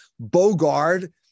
Bogard